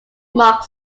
mark